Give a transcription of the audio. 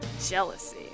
jealousy